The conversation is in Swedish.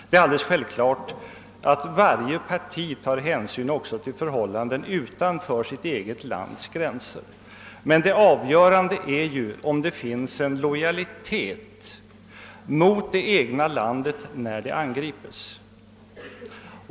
Det är alldeles självklart att varje parti tar hänsyn också till förhållanden utanför sitt eget lands gränser, men det avgörande är ju om det finns en lojalitet mot det egna landet när det angrips.